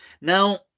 now